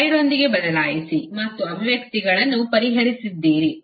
5 ರೊಂದಿಗೆ ಬದಲಾಯಿಸಿ ಮತ್ತು ಅಭಿವ್ಯಕ್ತಿಗಳನ್ನು ಪರಿಹರಿಸಿದ್ದೀರಿ